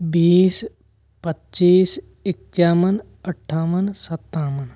बीस पच्चीस इक्यावन अट्ठावन सत्तावन